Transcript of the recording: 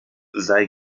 sei